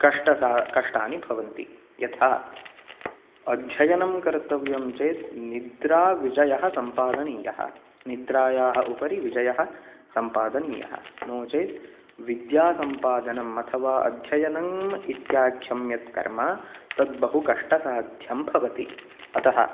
कष्ट कष्टानि भवन्ति यथा अध्ययनं कर्तव्यं चेत् निद्राविजयः सम्पादनीयः निद्रायाः उपरि विजयः सम्पादनीयः नो चेत् विद्यासम्पादनम् अथवा अध्ययनम् इत्याख्यं यत् कर्म तद् बहुकष्टसाध्यं भवति अतः